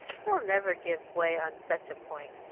he'll never give way on such a point.